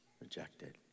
rejected